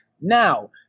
Now